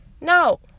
no